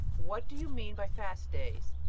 what do you mean by fast-days?